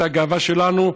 אתה הגאווה שלנו.